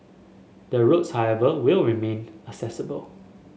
the roads however will remain accessible